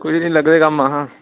किश निं लग्गे दे कम्म अस